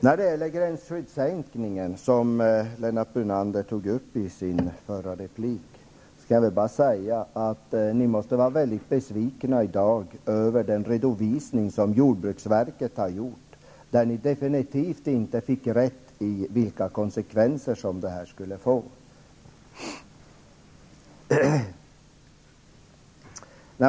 Lennart Brunander tog upp frågan om gränsskyddssänkningen i sin replik. Ni måste i dag vara mycket besvikna över den redovisning som jordbruksverket har gjort. Ni fick definitivt inte rätt när det gäller vilka konsekvenser det här skulle få.